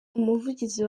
umuvugizi